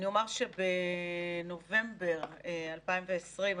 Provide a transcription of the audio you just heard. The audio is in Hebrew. בנובמבר 2020,